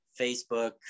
facebook